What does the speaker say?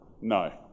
No